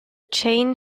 chain